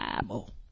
Bible